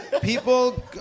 people